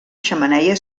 xemeneia